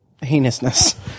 heinousness